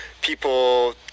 people